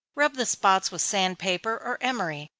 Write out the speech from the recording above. rub the spots with sand paper or emery,